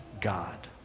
God